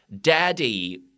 daddy